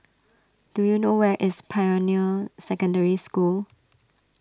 do you know where is Pioneer Secondary School